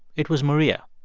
it was maria,